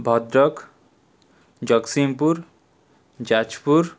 Bhadrak Jagatsinghpur Jajpur